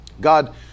God